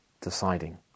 deciding